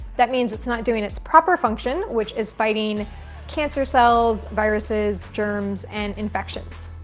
that means it's not doing its proper function, which is fighting cancer cells, viruses, germs, and infections.